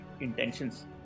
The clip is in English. intentions